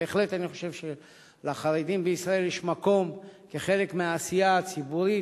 בהחלט אני חושב שלחרדים בישראל יש מקום כחלק מהעשייה הציבורית,